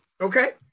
Okay